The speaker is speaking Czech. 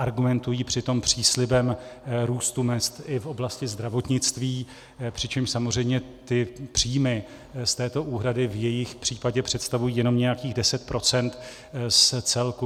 Argumentují přitom příslibem růstu mezd i v oblasti zdravotnictví, přičemž samozřejmě ty příjmy z této úhrady v jejich případě představují jenom nějakých deset procent z celku.